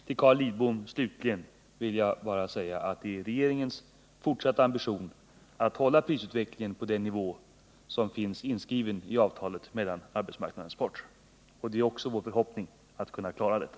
Till Carl Lidbom vill jag slutligen bara säga att det är regeringens fortsatta ambition att hålla prisutvecklingen på den nivå som är inskriven i avtalet mellan arbetsmarknadens parter. Det är vår förhoppning att kunna klara detta.